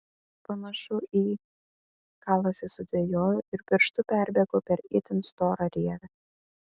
panašu į kalasi sudvejojo ir pirštu perbėgo per itin storą rievę